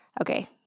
Okay